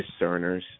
discerners